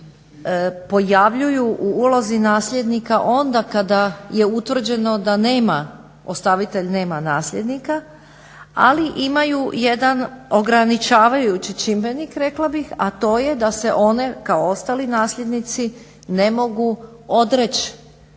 pojavljuju u ulozi nasljednika onda kada je utvrđeno da nema ostavitelj nema nasljednika ali imaju jedan ograničavajući čimbenik rekla bih, a to je da se one kao ostali nasljednici ne mogu odreći